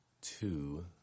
two